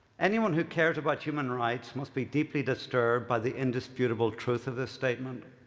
anyone who cares about human rights must be deeply disturbed by the indisputable truth of this statement.